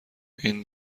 این